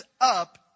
up